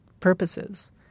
purposes